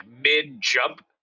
mid-jump